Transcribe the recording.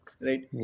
right